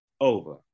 Over